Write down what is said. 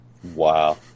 Wow